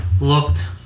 looked